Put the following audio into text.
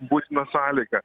būtina sąlyga